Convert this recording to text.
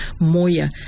Moya